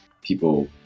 people